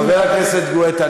חבר הכנסת גואטה,